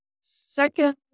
second